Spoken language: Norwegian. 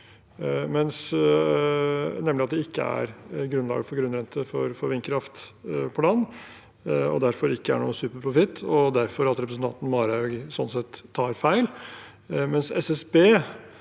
nemlig at det ikke er grunnlag for grunnrente på vindkraft på land og derfor ikke er noen superprofitt, og at representanten Marhaug sånn sett tar feil,